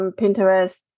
pinterest